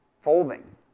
folding